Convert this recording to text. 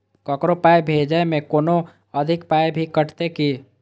ककरो पाय भेजै मे कोनो अधिक पाय भी कटतै की?